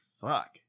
fuck